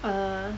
uh